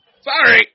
Sorry